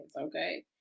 okay